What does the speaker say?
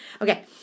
Okay